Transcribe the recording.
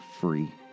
free